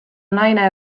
naine